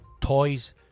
toys